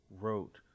wrote